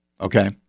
Okay